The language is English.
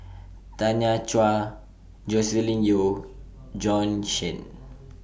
Tanya Chua Joscelin Yeo Bjorn Shen